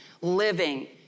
living